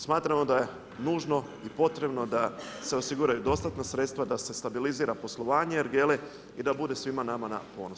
Smatramo da je nužno i potrebno da se osiguraju dostatna sredstva da se stabilizira poslovanje ergele i da bude svima nama na ponos.